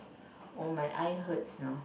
oh my eye hurts no